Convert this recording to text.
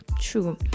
true